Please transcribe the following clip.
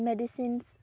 medicines